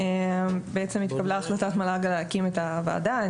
שבעצם התקבלה החלטת מל"ג להקים את הוועדה.